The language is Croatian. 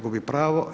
Gubi pravo.